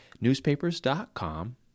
Newspapers.com